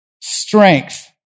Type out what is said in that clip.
strength